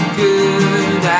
good